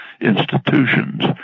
institutions